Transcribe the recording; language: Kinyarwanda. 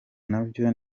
nabyo